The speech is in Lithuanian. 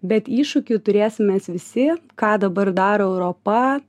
bet iššūkių turėsim mes visi ką dabar daro europa